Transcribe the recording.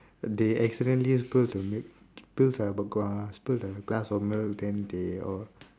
they accidentally spill the milk spill the glass spill the glass of milk then they all